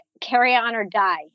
carry-on-or-die